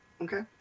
Okay